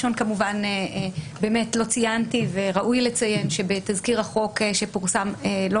לא ציינתי וראוי היה לציין שבתזכיר החוק שפורסם לא